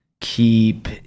keep